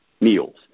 meals